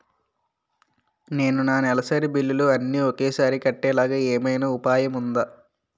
నేను నా నెలసరి బిల్లులు అన్ని ఒకేసారి కట్టేలాగా ఏమైనా ఉపాయం ఉందా?